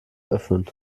öffnen